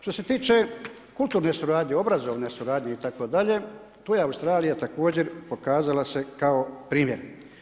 Što se tiče kulturne suradnje, obrazovne suradnje, itd. tu je Australija također pokazala se kao primjer.